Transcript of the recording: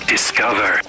Discover